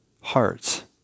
hearts